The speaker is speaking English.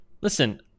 Listen